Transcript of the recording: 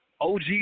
OG